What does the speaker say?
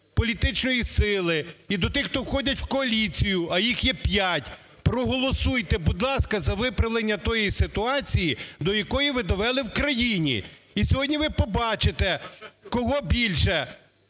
політичної сили і до тих, хто входять в коаліцію, а їх є 5: проголосуйте, будь ласка, за виправлення тої ситуації, до якої ви довели в країні. І сьогодні ви побачите, кого більше